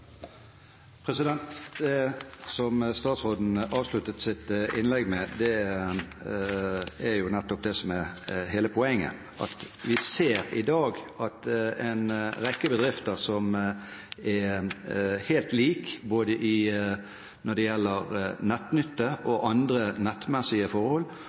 som statsråden avsluttet sitt innlegg med, er nettopp det som er hele poenget. Vi ser i dag at for en rekke bedrifter som er helt like både når det gjelder nettnytte og andre nettmessige forhold,